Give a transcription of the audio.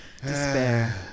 despair